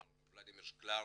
מר ולדימיר שקלאר